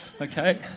Okay